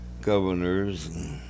governors